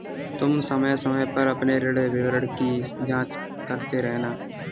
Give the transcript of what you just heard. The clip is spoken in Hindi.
तुम समय समय पर अपने ऋण विवरण की जांच करते रहना